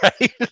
right